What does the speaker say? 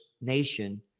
nation